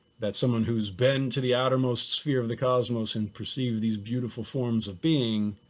that someone who's been to the outermost sphere of the cosmos and perceive these beautiful forms of being,